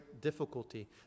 difficulty